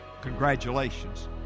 congratulations